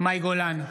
מאי גולן,